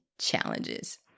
challenges